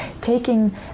taking